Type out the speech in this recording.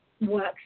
works